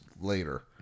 later